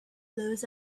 blows